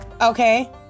Okay